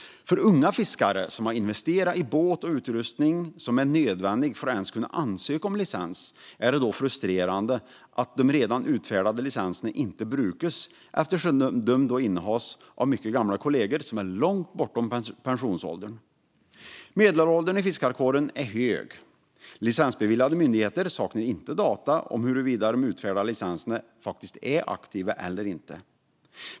För unga fiskare som har investerat i båt och utrustning som är nödvändiga för att ens kunna ansöka om licens är det då frustrerande att de redan utfärdade licenserna inte brukas eftersom de innehas av mycket gamla kollegor som är långt bortom pensionsåldern. Medelåldern i fiskarkåren är hög. Licensbeviljande myndighet saknar inte data om huruvida de utfärdade licenserna faktiskt är aktiva eller inte.